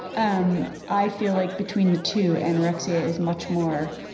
um i feel like between the two, anorexia is much more